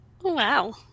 Wow